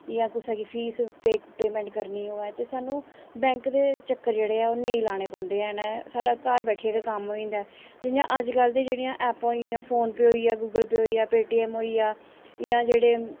जां कुसा गी फीस पे पेमेंट करनी होऐ ते सानूं बैंक दे चक्कर जेह्ड़े ऐ ओह् नेईं लाने पौंदे ऐ न साढ़ा घार बैठे दे गै कम्म होई जंदा ऐ जियां अज्जकल दियां ऐपां होइयां फोन पे होई गेआ गूगल पे होई गेआ पे टी एम होई गेआ इ'यां जेह्ड़े